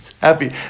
Happy